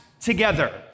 together